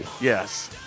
Yes